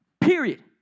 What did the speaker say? Period